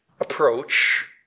approach